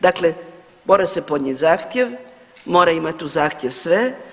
Dakle, mora se podnijeti zahtjev, mora imati u zahtjevu sve.